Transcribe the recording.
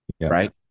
Right